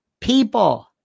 people